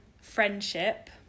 friendship